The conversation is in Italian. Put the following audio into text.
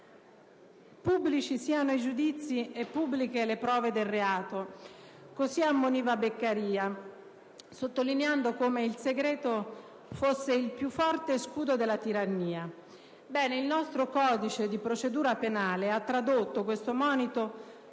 «Pubblici siano i giudizi e pubbliche le prove del reato»: così ammoniva Beccaria, sottolineando come il segreto fosse il più forte scudo della tirannia. Ebbene, il nostro codice di procedura penale ha tradotto questo monito